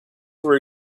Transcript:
were